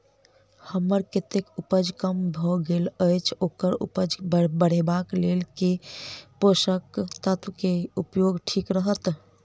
हम्मर खेतक उपज कम भऽ गेल अछि ओकर उपज बढ़ेबाक लेल केँ पोसक तत्व केँ उपयोग ठीक रहत?